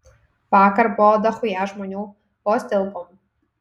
vakar buvo dachuja žmonių vos tilpom